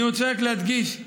אני רוצה רק להדגיש,